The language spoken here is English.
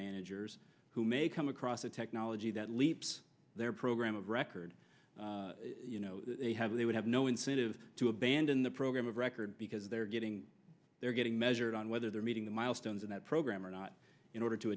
managers who may come across a technology that leaps their program of record you know they have they would have no incentive to abandon the program of record because they're getting they're getting measured on whether they're meeting the milestones in that program or not in order to